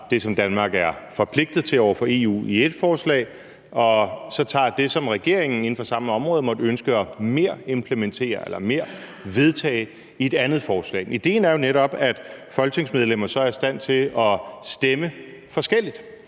det, som Danmark er forpligtet til over for EU i ét forslag, og så tager det, som regeringen inden for samme område måtte ønske at implementere mere, vedtage mere, i et andet forslag. Ideen er jo netop, at folketingsmedlemmer så er i stand til at stemme forskelligt.